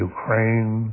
Ukraine